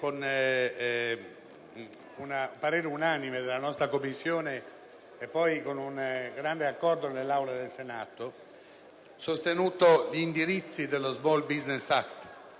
con un parere unanime della Commissione e poi con un grande accordo qui nell'Aula del Senato, abbiamo sostenuto gli indirizzi dello *Small Business* *Act*,